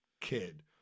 kid